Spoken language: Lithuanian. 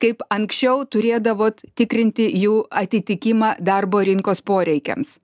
kaip anksčiau turėdavot tikrinti jų atitikimą darbo rinkos poreikiams